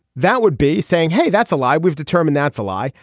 that would be saying hey that's a lie. we've determined that's a lie.